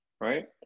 right